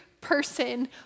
person